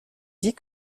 dit